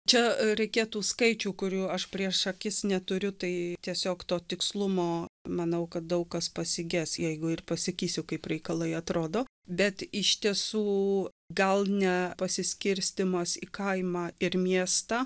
čia reikėtų skaičių kurių aš prieš akis neturiu tai tiesiog to tikslumo manau kad daug kas pasiges jeigu ir pasakysiu kaip reikalai atrodo bet iš tiesų gal ne pasiskirstymas į kaimą ir miestą